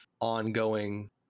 ongoing